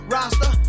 Roster